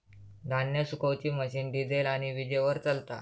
धान्य सुखवुची machine diesel आणि वीजेवर चलता